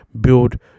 build